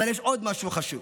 אבל יש עוד משהו חשוב.